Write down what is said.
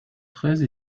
treize